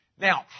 Now